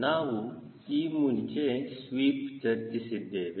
ನಾವು ಈ ಮುಂಚೆ ಸ್ವೀಪ್ ಚರ್ಚಿಸಿದ್ದೇವೆ